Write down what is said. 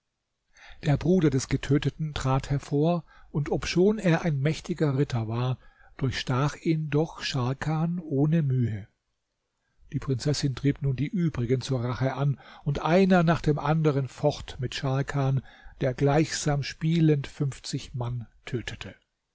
der bruder des getöteten trat hervor und obschon er ein mächtiger ritter war durchstach ihn doch scharkan ohne mühe die prinzessin trieb nun die übrigen zur rache an und einer nach dem anderen focht mit scharkan der gleichsam spielend fünfzig mann tötete